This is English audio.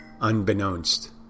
unbeknownst